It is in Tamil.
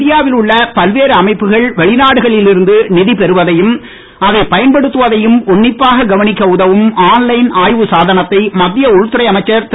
இந்தியாவில் உள்ள பல்வேறு அமைப்புகள் வெளிநாடுகளில் இருந்து நிதி பெறுவதையும் அதை பயன்படுத்துவதையும் உன்னிப்பாக கவனிக்க உதவும் ஆன் லைன் ஆய்வு சாதனத்தை மத்திய உள்துறை அமைச்சர் திரு